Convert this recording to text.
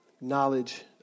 knowledge